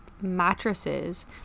mattresses